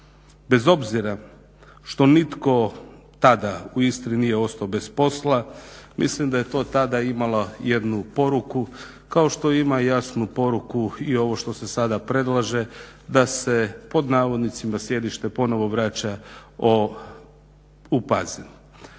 Bez obzira što nitko tada u Istri nije ostao bez posla mislim da je to tada imalo jednu poruku kao što ima i jasnu poruku i ovo što se sada predlaže da se pod navodnicima sjedište ponovo vraća u Pazin.